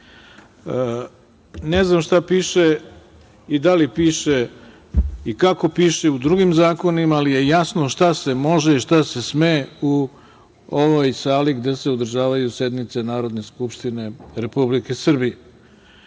znam šta piše i da li piše i kako piše u drugim zakonima, ali je jasno šta se može i šta se sme u ovoj sali gde se održavaju sednice Narodne skupštine Republike Srbije.